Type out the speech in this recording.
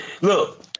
Look